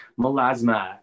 melasma